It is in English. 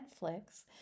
Netflix